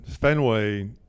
Fenway